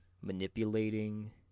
manipulating